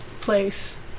place